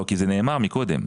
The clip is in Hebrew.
זה נאמר קודם.